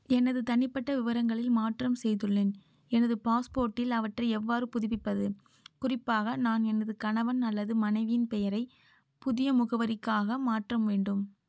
எனது தனிப்பட்ட விவரங்களில் மாற்றம் செய்துள்ளேன் எனது பாஸ்போர்ட்டில் அவற்றை எவ்வாறு புதுப்பிப்பது குறிப்பாக நான் எனது கணவன் அல்லது மனைவியின் பெயரை புதிய முகவரிக்காக மாற்றம் வேண்டும்